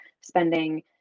spending